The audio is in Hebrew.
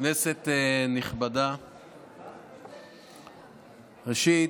כנסת נכבדה, ראשית,